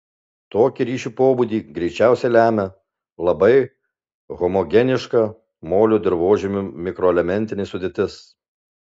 tokį ryšių pobūdį greičiausiai lemia labai homogeniška molio dirvožemių mikroelementinė sudėtis